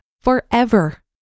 forever